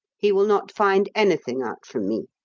he will not find anything out from me.